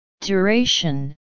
Duration